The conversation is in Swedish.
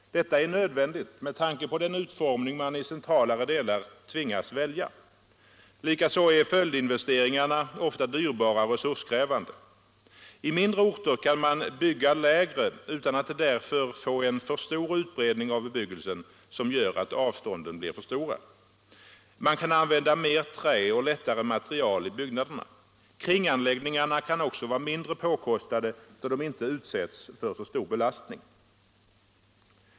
Detta är nödvändigt med tanke på den utformning man i centralare delar tvingas välja. Likaså är följdinvesteringarna ofta dyrbara och resurskrävande. I mindre orter kan man bygga lägre utan att därför få en för stor utbredning av bebyggelsen som gör att avstånden blir för stora. Man kan använda mer trä och lättare material i byggnaderna. Kringanläggningarna kan också Allmänpolitisk debatt Allmänpolitisk debatt vara mindre påkostade, då de inte utsätts för så stor belastning.